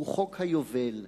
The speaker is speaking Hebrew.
הוא חוק היובל,